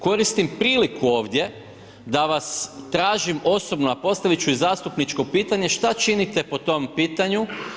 Koristim priliku ovdje da vas tražim osobno, a postavit ću i zastupničko pitanje što činite po tom pitanju?